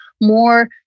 more